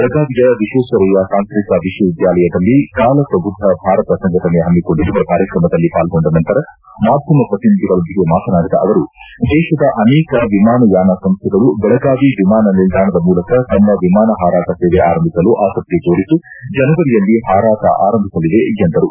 ಬೆಳಗಾವಿಯ ವಿಶ್ವೇಶ್ವರಯ್ಯ ತಾಂತ್ರಿಕ ವಿಶ್ವವಿದ್ಯಾಲಯದಲ್ಲಿ ಕಾಲ ಪ್ರಬುದ್ದ ಭಾರತ ಸಂಘಟನೆ ಹಮ್ಸಿಕೊಂಡಿರುವ ಕಾರ್ಯಕ್ರಮದಲ್ಲಿ ಪಾಲ್ಗೊಂಡ ನಂತರ ಮಾಧ್ವಮ ಪ್ರತಿನಿಧಿಗಳೊಂದಿಗೆ ಮಾತನಾಡಿದ ಅವರು ದೇಶದ ಅನೇಕ ವಿಮಾನಯಾನ ಸಂಸ್ಥೆಗಳು ಬೆಳಗಾವಿ ವಿಮಾನ ನಿಲ್ದಾಣದ ಮೂಲಕ ತಮ್ಮ ವಿಮಾನ ಹಾರಾಟ ಸೇವೆ ಆರಂಭಿಸಲು ಆಸಕ್ತಿ ತೋರಿದ್ದು ಜನವರಿಯಲ್ಲಿ ಹಾರಾಟ ಆರಂಭಿಸಲಿವೆ ಎಂದರು